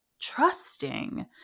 trusting